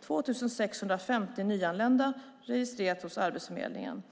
2 650 nyanlända registrerats hos Arbetsförmedlingen.